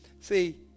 See